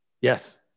Yes